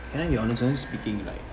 can I be honest honestly speaking like